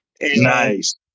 Nice